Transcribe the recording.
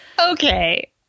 Okay